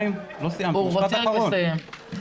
משפט אחרון,